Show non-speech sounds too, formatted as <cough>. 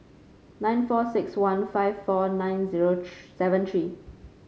nine four six one five four nine zero <unintelligible> seven three